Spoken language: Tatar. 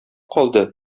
калды